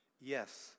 yes